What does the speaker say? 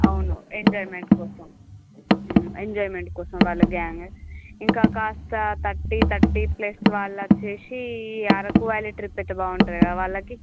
అవును ఎంజాయిమెంట్ కోసం ఎంజాయిమెంట్ కోసం వాళ్ళ గ్యాంగ్ ఇంకా కాస్త థర్టీ థర్టీ ప్లస్ వాళ్ళు వచ్చేసి అరకు వ్యాలీ ట్రిప్ అయితే బాగుంటుంది కదా వాళ్ళకి